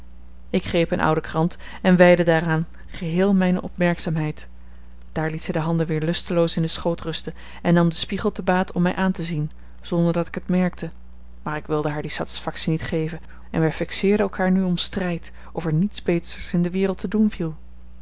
ik greep eene oude krant en wijdde daaraan geheel mijne opmerkzaamheid daar liet zij de handen weer lusteloos in den schoot rusten en nam den spiegel te baat om mij aan te zien zonder dat ik het merkte maar ik wilde haar die satisfactie niet geven en wij fixeerden elkaar nu om strijd of er niets beters in de wereld te doen viel